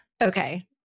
Okay